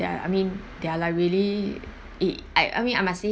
I mean they're like really eh I I mean I must say